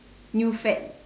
new fad